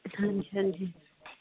ਹਾਂਜੀ ਹਾਂਜੀ